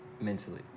mentally